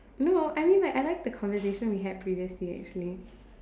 no I mean like I like the conversation we had previously actually